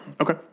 Okay